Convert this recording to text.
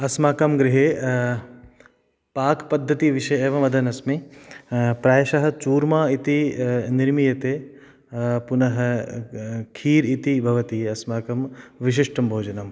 अस्माकं गृहे पाकपद्धतिविषये एव वदन् अस्मि प्रायशः चूर्मा इति निर्मीयते पुनः खीर् इति भवति अस्माकं विशिष्टं भोजनम्